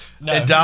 No